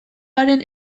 haren